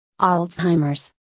Alzheimer's